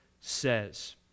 says